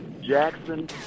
Jackson